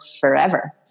forever